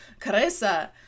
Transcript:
Carissa